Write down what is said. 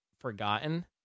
forgotten